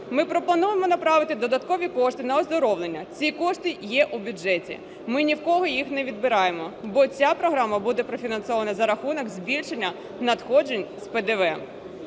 Ми пропонуємо направити додаткові кошти на оздоровлення. Ці кошти є в бюджеті, ми ні в кого їх не відбираємо, бо ця програма буде профінансована за рахунок збільшення надходжень з ПДВ.